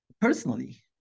Personally